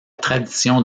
tradition